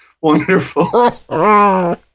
Wonderful